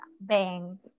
bang